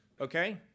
okay